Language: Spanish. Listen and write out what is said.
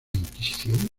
inquisición